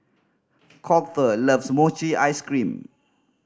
Colter loves mochi ice cream